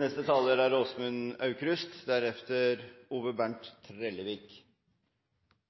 Noe av det aller fineste med det norske demokratiet er